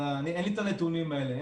אין לי את הנתונים האלה.